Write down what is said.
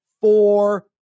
four